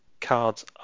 cards